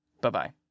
bye-bye